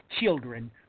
children